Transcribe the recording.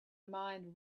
mind